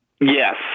yes